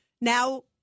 Now